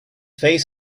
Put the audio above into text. face